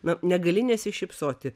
na negali nesišypsoti